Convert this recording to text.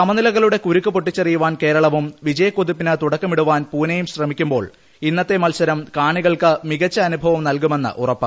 സമനിലകളുടെ കുരുക്ക് പൊട്ടിക്കാൻ കേരളവും വിജയക്കുതിപ്പിന് തുടക്കമിടാൻ പൂനെയും ശ്രമിക്കുമ്പോൾ ഇന്നത്തെ മത്സരം കാണികൾക്ക് മികച്ച അനുഭവം നൽകുമെന്ന് ഉറപ്പ്